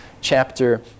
chapter